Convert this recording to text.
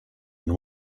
and